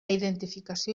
identificació